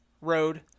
road